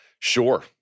sure